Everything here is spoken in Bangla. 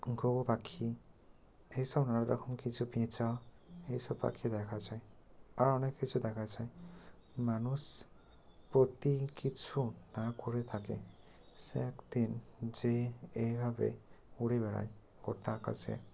ঘুঘু পাখি এইসব নানা রকম কিছু প্যাঁচা এইসব পাখি দেখা যায় আর অনেক কিছু দেখা যায় মানুষ প্রতি কিছু না করে থাকেন সে একদিন যে এইভাবে উড়ে বেড়ায় গোটা আকাশে